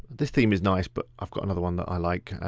this theme is nice but i've got another one that i like.